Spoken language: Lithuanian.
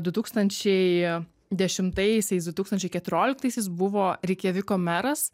du tūkstančiai dešimtaisiais du tūkstančiai keturioliktaisiais buvo reikjaviko meras